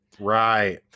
Right